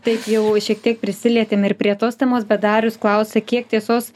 taip jau šiek tiek prisilietėm ir prie tos temos bet darius klausia kiek tiesos